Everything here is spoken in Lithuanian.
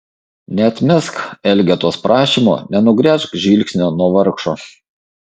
neatmesk elgetos prašymo nenugręžk žvilgsnio nuo vargšo